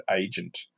agent